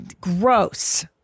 gross